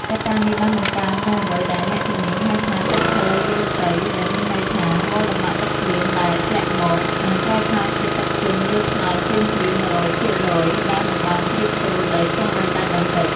កត្តានេះបានបង្កើននូវអ្វីដែលអ្នកជំនាញហៅថា ទឹកហូរលើផ្ទៃ ដែលមានន័យថា រាល់តំណក់ទឹកភ្លៀងដែលធ្លាក់មក នឹងប្រែក្លាយជាទឹកជន់លើថ្នល់ភ្លាមៗ ១០០ ភាគរយ ដោយមិនបានជ្រាបចូលដីសូម្បីតែបន្តិច។